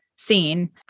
seen